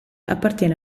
appartiene